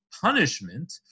punishment